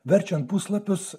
verčiant puslapius